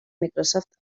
microsoft